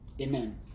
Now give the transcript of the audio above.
Amen